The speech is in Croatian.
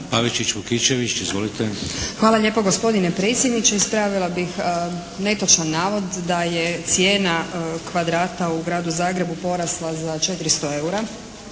**Pavičić-Vukičević, Jelena (SDP)** Hvala lijepo gospodine predsjedniče. Ispravila bih netočan navod da je cijena kvadrata u gradu Zagrebu porasla za 400 EUR-a.